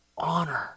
Honor